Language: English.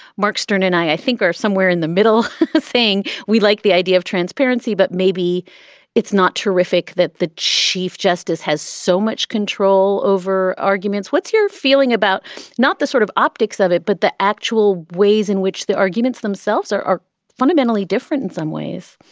marc stern and i, i think, are somewhere in the middle thing we like the idea of transparency, but maybe it's not terrific that the chief justice has so much control over arguments. what's your feeling about not the sort of optics of it, but the actual ways in which the arguments themselves are are fundamentally different in some ways?